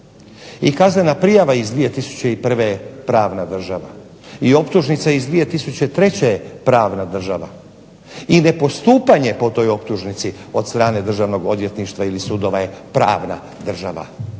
I kaznena prijava iz 2001. je pravna država i optužnica iz 2003. je pravna država i nepostupanje po toj optužnici od strane Državnog odvjetništva ili sudova je pravna država.